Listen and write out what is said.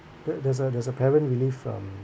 there there's a there's a parent relief um